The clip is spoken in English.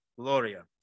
Gloria